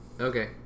Okay